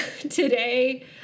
today